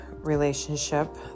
relationship